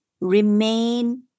remain